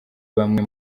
bamwe